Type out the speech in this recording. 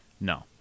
no